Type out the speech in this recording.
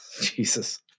Jesus